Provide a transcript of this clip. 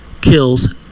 kills